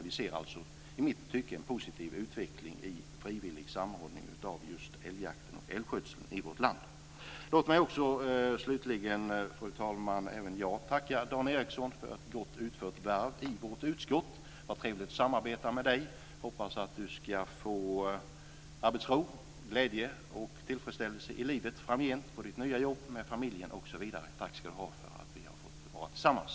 Vi ser alltså en i mitt tycke positiv utveckling i frivillig samordning av älgjakten och älgskötseln i vårt land. Låt mig också slutligen, fru talman, även jag tacka Dan Ericsson för ett gott utfört värv i vårt utskott. Det var trevligt att samarbeta med dig. Jag hoppas att du ska få arbetsro, glädje och tillfredsställelse i livet framgent på ditt nya jobb, med familjen osv. Tack ska du ha för att vi har fått vara tillsammans!